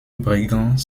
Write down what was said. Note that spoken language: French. brigands